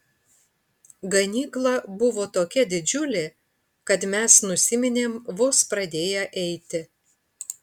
ganykla buvo tokia didžiulė kad mes nusiminėm vos pradėję eiti